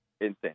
insane